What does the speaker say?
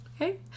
Okay